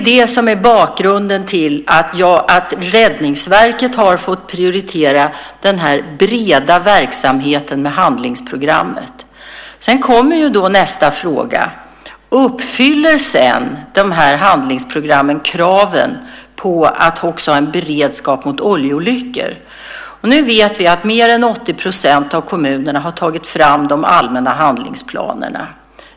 Det är bakgrunden till att Räddningsverket fått prioritera den breda verksamheten med handlingsprogrammet. Nästa fråga som uppstår är: Uppfyller handlingsprogrammen kravet på att även ha beredskap mot oljeolyckor? Vi vet att mer än 80 % av kommunerna tagit fram de allmänna handlingsplanerna.